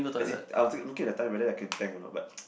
as in I was looking at the time whether I can tank a not but